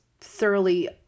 thoroughly